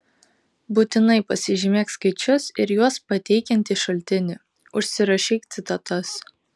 būtinai pasižymėk skaičius ir juos pateikiantį šaltinį užsirašyk citatas